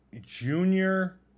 junior